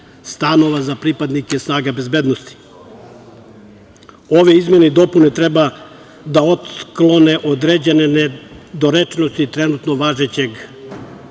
stanova za pripadnike snaga bezbednosti“. Ove izmene i dopune treba da otklone određene nedorečenosti trenutno važećeg